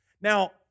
Now